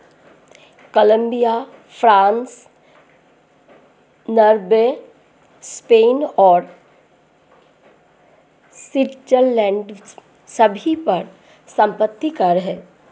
Colombia, France, Norway, Spain और Switzerland सभी पर संपत्ति कर हैं